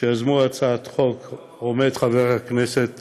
שיזמו את הצעת החוק עומד חבר הכנסת